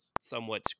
somewhat